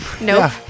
Nope